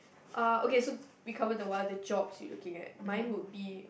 uh okay so we cover the one the jobs we looking at mine would be